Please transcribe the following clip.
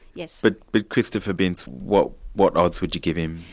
yes. but christopher binse, what what odds would you give him?